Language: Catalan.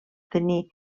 tenir